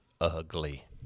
ugly